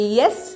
yes